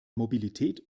mobilität